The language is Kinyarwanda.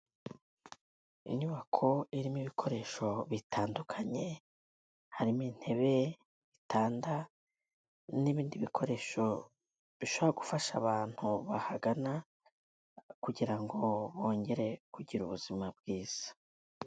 Inyubako irimo ibikoresho bitandukanye, harimo intebe, igitanda n'ibindi bikoresho bishobora gufasha abantu bahagana kugira ngo bongere kugira ubuzima bwiza.